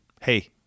hey